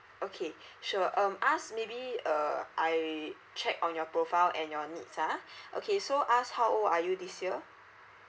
okay sure um as maybe uh I check on your profile and your needs ah okay so as how old are you this year